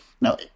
Now